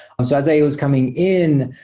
um so as i was coming in,